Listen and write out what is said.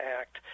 act